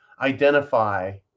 identify